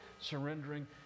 surrendering